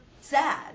sad